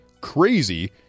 crazy